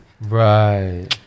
Right